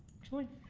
joy